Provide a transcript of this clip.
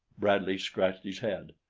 bradley scratched his head.